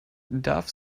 darf